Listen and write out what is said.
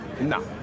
No